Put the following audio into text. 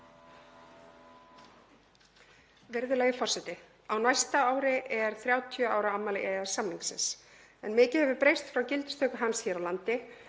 Virðulegi forseti. Á næsta ári er 30 ára afmæli EES-samningsins. Mikið hefur breyst frá gildistöku hans hér á landi.